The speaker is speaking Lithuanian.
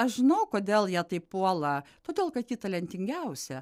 aš žinau kodėl ją taip puola todėl kad ji talentingiausia